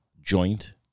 joint